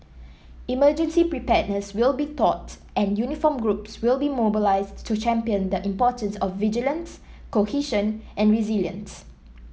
emergency preparedness will be taught and uniformed groups will be mobilised to champion the importance of vigilance cohesion and resilience